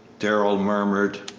darrell murmured.